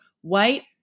white